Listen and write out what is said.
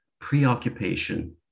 preoccupation